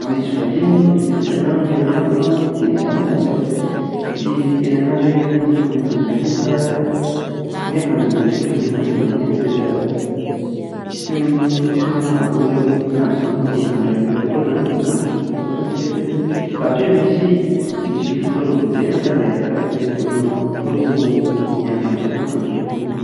Raha misy vahiny mitsidika an'ahy amin'ny herinandro an, dia za moa izany tsy afaka tsy hiteny an'azy hoe inona no tokony akanjo hoentiny fa tokony hoe akanjo mendrika fotsiny izany dia efa mety fa tsy m ts- tsy manavaka olona amin'ny akanjo izany fa mandray olona foana izany na akanjo inona no hoentiny raha tsy hoe misy misy fotoana vonjena angaha, dia arakarak'ilay fotoana atao no miankina amin'izay no akanjo hoentina amin'ilay izy.